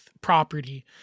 property